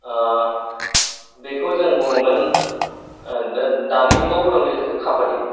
ओ बेखौ जों बुङोमोन ओ दो दानि जुगावबो दं बेथ' खाबादि